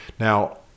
Now